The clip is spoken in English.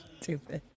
Stupid